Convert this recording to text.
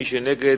מי שנגד,